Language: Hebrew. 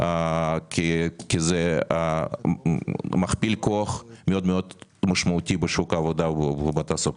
כי זה מכפיל כוח מאוד משמעותי בשוק העבודה ובתעסוקה.